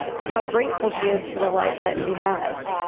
and how grateful she is for the life that she has.